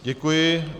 Děkuji.